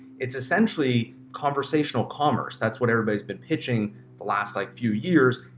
it's essentially conversational commerce. that's what everybody's been pitching the last like few years.